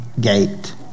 gate